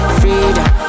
freedom